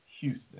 Houston